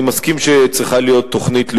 אני מסכים שצריכה להיות תוכנית לאומית,